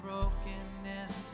Brokenness